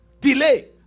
Delay